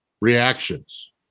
reactions